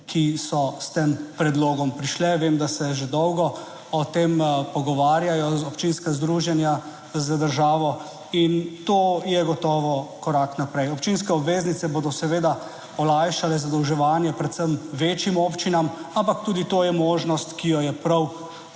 ki so s tem predlogom prišle. Vem, da se že dolgo o tem pogovarjajo občinska združenja z državo in to je gotovo korak naprej. Občinske obveznice bodo seveda olajšale zadolževanje predvsem večjim občinam, ampak tudi to je možnost, ki jo je prav